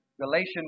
Galatians